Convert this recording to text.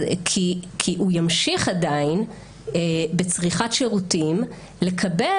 כי הוא ימשיך עדיין בצריכת שירותים לקבל